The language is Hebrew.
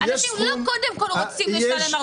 אחת